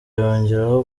yongeraho